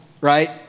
right